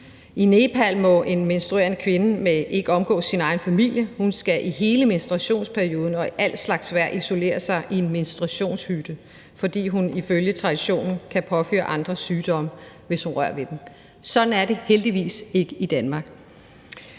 I Nepal må en menstruerende kvinde ikke omgås sin egen familie. Hun skal i hele menstruationsperioden og i al slags vejr isolere sig i en menstruationshytte, fordi hun ifølge traditionen kan påføre andre sygdomme, hvis hun rører ved dem. Sådan er det heldigvis ikke i Danmark.